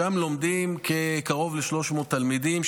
שם לומדים קרוב ל-300 תלמידים,